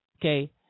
Okay